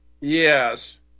yes